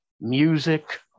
music